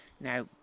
Now